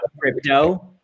crypto